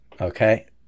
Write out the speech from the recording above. Okay